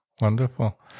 Wonderful